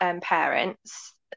parents